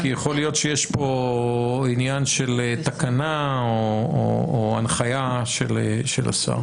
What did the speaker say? כי יכול להיות שיש פה עניין של תקנה או הנחיה של השר.